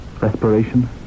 respiration